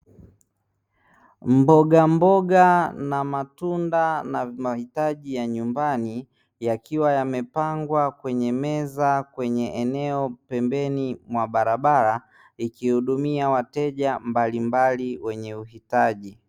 Mbogamboga na matunda na mahitaji ya nyumbani, yakiwa yamepangwa kwenye meza kwenye eneo pembeni mwa barabara, ikihudumia wateja mbalimbali wenye uhitaji.